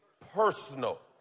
personal